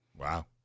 Wow